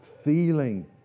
feeling